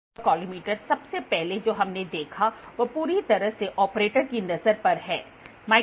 visual autocollimator सबसे पहले जो हमने देखा वह पूरी तरह से ऑपरेटरों की नजर पर है ठीक है